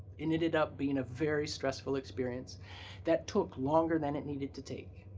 it ended up being a very stressful experience that took longer than it needed to take.